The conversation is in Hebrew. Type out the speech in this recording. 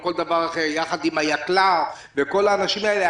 יחד עם ה --- וכל האנשים האלה.